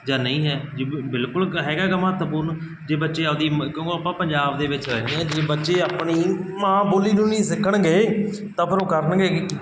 ਜਾਂ ਨਹੀਂ ਹੈ ਜੀ ਬਿ ਬਿਲਕੁਲ ਹੈਗਾ ਗਾ ਮਹੱਤਵਪੂਰਨ ਜੇ ਬੱਚੇ ਆਪਣੀ ਕਿਉਂਕਿ ਆਪਾਂ ਪੰਜਾਬ ਦੇ ਵਿੱਚ ਰਹਿੰਦੇ ਹਾਂ ਜੇ ਬੱਚੇ ਆਪਣੀ ਮਾਂ ਬੋਲੀ ਨੂੰ ਨਹੀਂ ਸਿੱਖਣਗੇ ਤਾਂ ਫਿਰ ਉਹ ਕਰਨਗੇ ਕੀ